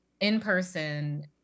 in-person